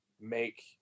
make